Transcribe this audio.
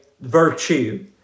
virtue